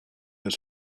was